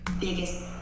biggest